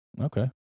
okay